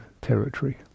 territory